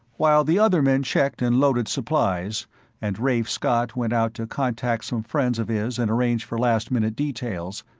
while the other men checked and loaded supplies and rafe scott went out to contact some friends of his and arrange for last-minute details,